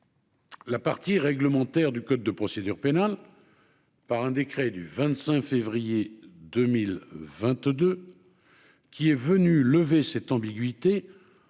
La partie réglementaire du code de procédure pénale par un décret du 25 février 2022, qui est venu lever cette ambiguïté,